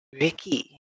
Ricky